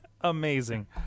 Amazing